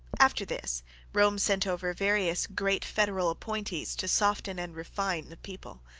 after this rome sent over various great federal appointees to soften and refine the people.